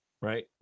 right